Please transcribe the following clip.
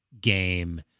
game